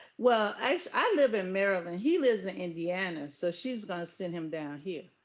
well, i live in maryland. he lives in indiana. so she's gonna send him down here.